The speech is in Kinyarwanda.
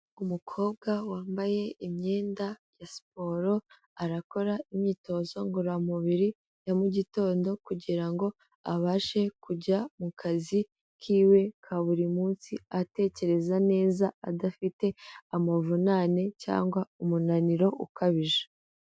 Umukobwa wambaye imyenda ya siporo arakora imyitozo ngororamubiri ya mugitondo kugira ngo abashe kujya mu kazi kiwe ka buri munsi atekereza neza adafite amavunane cyangwa umunaniro ukabije.